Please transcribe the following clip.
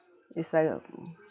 you sign up mm